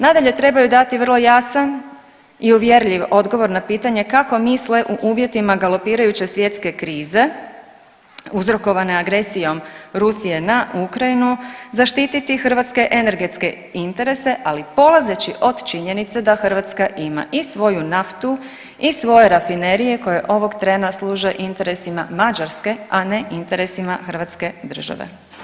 Nadalje trebaju dati vrlo jasan i uvjerljiv odgovor na pitanje kako misle u uvjetima galopirajuće svjetske krize uzrokovane agresijom Rusije na Ukrajinu zaštititi hrvatske energetske interese, ali polazeći od činjenice da Hrvatska ima i svoju naftu i svoje rafinerije koje ovog trena služe interesima Mađarske, a ne interesima Hrvatske države.